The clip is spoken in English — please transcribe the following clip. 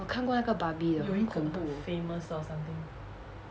我看过那个 barbie 的很恐怖